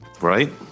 right